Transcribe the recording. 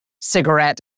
cigarette